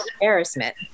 embarrassment